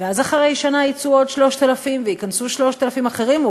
ואז אחרי שנה יצאו עוד 3,000 וייכנסו 3,000 אחרים,